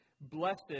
blessed